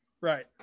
right